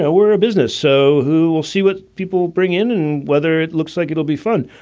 ah we're a business. so who will see what people bring in and whether it looks like it'll be fun?